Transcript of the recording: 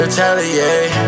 Retaliate